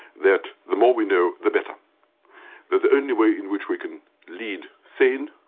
that the more we know, the better. that the only way in which we can lead sane